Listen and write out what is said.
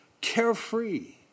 carefree